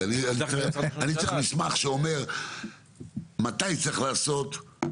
אני צריך מסמך שאומר מתי צריך לעשות,